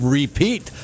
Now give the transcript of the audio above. repeat